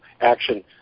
action